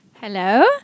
Hello